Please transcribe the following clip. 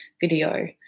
video